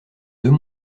deux